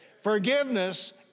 Forgiveness